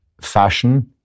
fashion